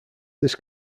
this